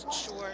sure